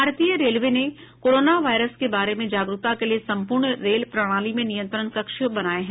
भारतीय रेलवे ने corona virus के बारे में जागरूकता के लिए संपूर्ण रेल प्रणाली में नियंत्रण कक्ष बनाए हैं